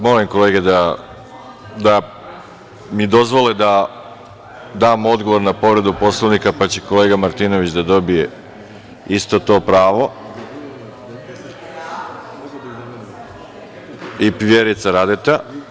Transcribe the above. Molim kolege da mi dozvole da dam odgovor na povredu Poslovnika, pa će kolega Martinović da dobije isto to pravo. (Vjerica Radeta: A ja?) I Vjerica Radeta.